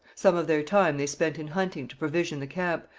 some of their time they spent in hunting to provision the camp,